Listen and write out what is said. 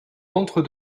l’entre